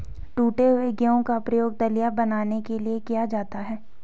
टूटे हुए गेहूं का प्रयोग दलिया बनाने के लिए किया जाता है